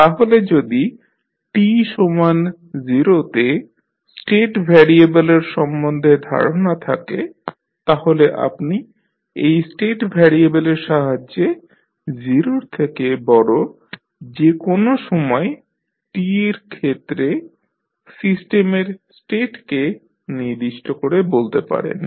তাহলে যদি t সমান 0 তে স্টেট ভ্যারিয়েবলের সম্বন্ধে ধারণা থাকে তাহলে আপনি এই স্টেট ভ্যারিয়েবলের সাহায্যে 0 র থেকে বড় যে কোন সময় t র ক্ষেত্রে সিস্টেম স্টেট কে নির্দিষ্ট করে বলতে পারেন